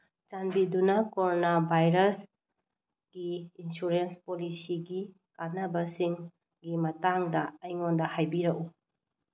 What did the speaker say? ꯆꯥꯟꯕꯤꯗꯨꯅ ꯀꯣꯔꯣꯅꯥ ꯚꯥꯏꯔꯁꯀꯤ ꯏꯟꯁꯨꯔꯦꯟꯁ ꯄꯣꯂꯤꯁꯤꯒꯤ ꯀꯥꯅꯕꯁꯤꯡꯒꯤ ꯃꯇꯥꯡꯗ ꯑꯩꯉꯣꯟꯗ ꯍꯥꯏꯕꯤꯔꯛꯎ